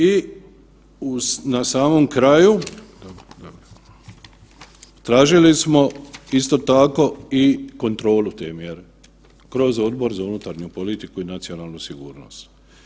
I na samom kraju tražili smo isto tako i kontrolu te mjere kroz Odbor za unutarnju politiku i nacionalnu sigurnost.